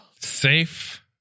safe